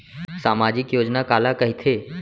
सामाजिक योजना काला कहिथे?